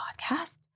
podcast